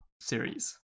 series